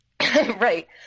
Right